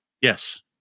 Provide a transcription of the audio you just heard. yes